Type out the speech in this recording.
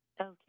Okay